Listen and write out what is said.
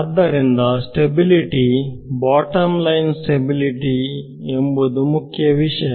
ಆದ್ದರಿಂದ stability bottom line stability ಎಂಬುದು ಮುಖ್ಯ ವಿಷಯ